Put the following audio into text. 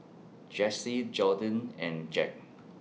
Jessee Jordyn and Jack